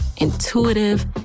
intuitive